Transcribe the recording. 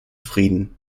frieden